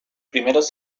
primeros